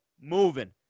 moving